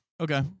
Okay